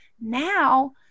now